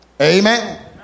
Amen